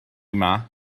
yma